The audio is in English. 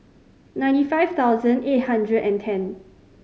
ninety five thousand eight hundred and ten